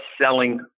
selling